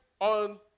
on